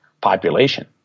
population